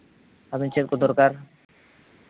ᱟᱹᱵᱤᱱ ᱪᱮᱫ ᱠᱚ ᱫᱚᱨᱠᱟᱨ